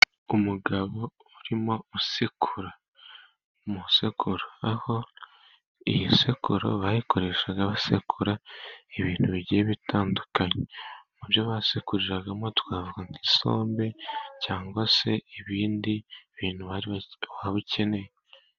Umugabo urimo gusekura mu isekuru, aho iyi sekuru bayikoreshaga basekura ibintu bigiye bitandukanye, mu byo basekuriragamo twavuga nk'isombe cyangwa se ibindi bintu waba ukeneye.